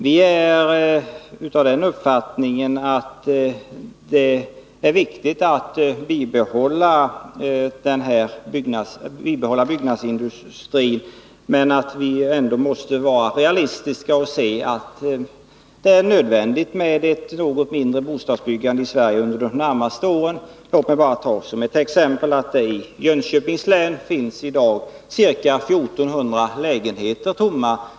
Vi är av den uppfattningen att det är viktigt att bibehålla byggnadsindustrin, men vi måste ändå vara realistiska och konstatera att det blir ett något lägre bostadsbyggande i Sverige under de närmaste åren. I t.ex. Jönköpings län finns det i dag ca 1 400 tomma lägenheter.